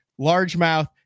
largemouth